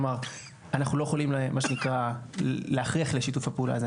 כלומר אנחנו לא יכולים מה שנקרא להכריח לשיתוף הפעולה הזה.